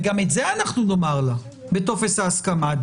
וגם את זה אנחנו נאמר לה בטופס ההסכמה: